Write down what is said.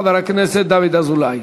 חבר הכנסת דוד אזולאי.